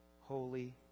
Holy